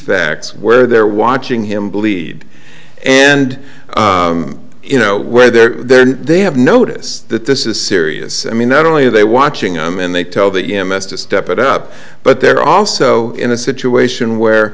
facts where they're watching him bleed and you know where they're there they have notice that this is serious i mean not only are they watching i mean they tell the m s to step it up but they're also in a situation where